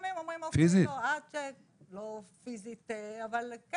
לפעמים אומרים, אוקיי, עד ש לא פיזית, אבל כן